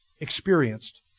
experienced